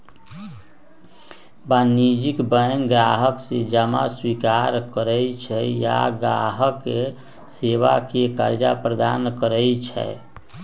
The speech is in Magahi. वाणिज्यिक बैंक गाहक से जमा स्वीकार करइ छइ आऽ गाहक सभके करजा प्रदान करइ छै